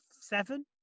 seven